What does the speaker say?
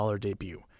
debut